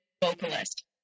vocalist